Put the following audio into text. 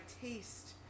taste